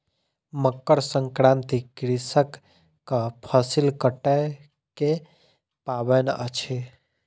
मकर संक्रांति कृषकक फसिल कटै के पाबैन अछि